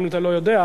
אם אתה לא יודע,